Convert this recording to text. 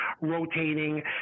rotating